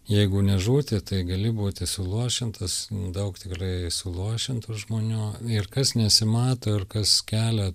jeigu ne žūti tai gali būti suluošintas daug tikrai suluošintų žmonių ir kas nesimato ir kas kelia